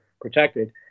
protected